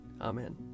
Amen